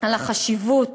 על החשיבות